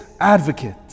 advocate